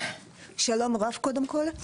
שלום רב קודם כל,